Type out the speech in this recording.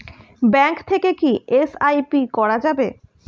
Bank থেকে কী SIP করা যাবে?